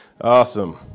Awesome